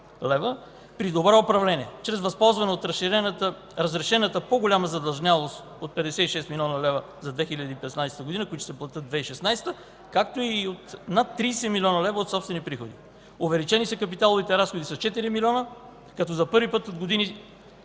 при добро управление чрез използване от разрешената по-голяма задлъжнялост от 56 млн. лв. за 2015 г., които ще се платят в 2016 г., както и над 30 млн. лв. от собствени приходи. Увеличени са капиталовите разходи с 4 милиона, като за първи път от години